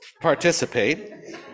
participate